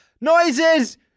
Noises